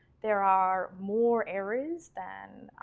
there are more errors than,